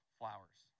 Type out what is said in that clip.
flowers